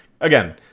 again